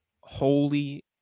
holy